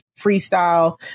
freestyle